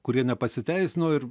kurie nepasiteisino ir